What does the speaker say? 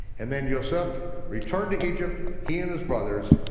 and then yoseph returned to egypt, he and his brothers,